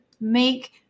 make